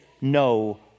no